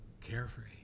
Carefree